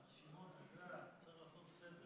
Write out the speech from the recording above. בבקשה, אדוני, עד שלוש דקות.